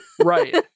right